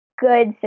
good